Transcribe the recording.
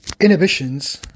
Inhibitions